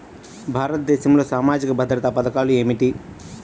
భారతదేశంలో సామాజిక భద్రతా పథకాలు ఏమిటీ?